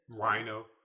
Rhino